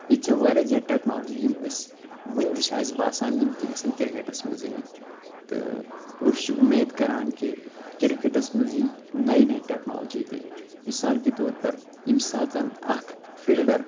ییٚتہِ چھےٚ واریاہ زیادٕ ٹیکنالجی یِم أسۍ ؤنۍ تہِ چھِ اَسہِ باسان یِم تہِ گژھَن کِرکٮ۪ٹَس منٛز یِنہِ تہٕ أسۍ چھِ اُمید کران کہ کِرکَٹَس منٛز یِن نَیہِ نَیہِ ٹیکنالجی تہِ مِثال کے طور پر ییٚمہِ ساتہٕ اَکھ فیٖلڈَر